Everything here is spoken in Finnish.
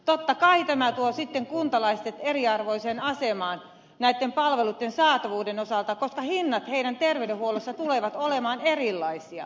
totta kai tämä tuo sitten kuntalaiset eriarvoiseen asemaan näitten palveluitten saatavuuden osalta koska hinnat heidän terveydenhuollossaan tulevat olemaan erilaisia